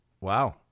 Wow